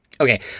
Okay